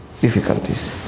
difficulties